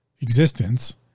existence